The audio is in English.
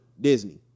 Disney